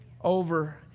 over